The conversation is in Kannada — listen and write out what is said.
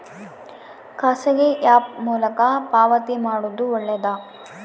ಖಾಸಗಿ ಆ್ಯಪ್ ಮೂಲಕ ಪಾವತಿ ಮಾಡೋದು ಒಳ್ಳೆದಾ?